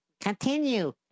Continue